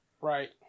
Right